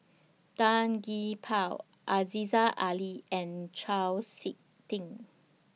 Tan Gee Paw Aziza Ali and Chau Sik Ting